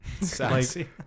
Sassy